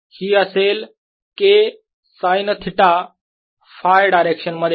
ही असेल K sine theta Φ direction मध्ये